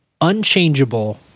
unchangeable